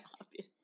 obvious